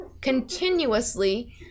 continuously